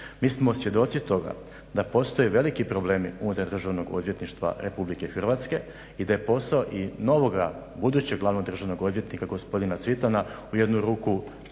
Mi smo svjedoci toga da postoje veliki problemi unutar Državnog odvjetništva RH i da je posao i novoga, budućeg glavnog državnog odvjetnika gospodina Cvitana u jednu ruku